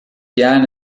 jahren